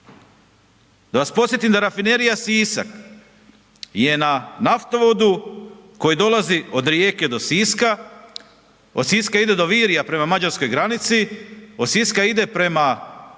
Da vas podsjetim da Rafinerija Sisak je na naftovodu koji dolazi od Rijeke do Siska, od Siska ide do Virja prema mađarskoj granici, od Siska ide prema